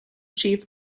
chief